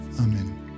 Amen